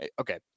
okay